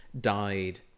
died